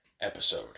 episode